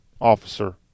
officer